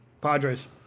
Padres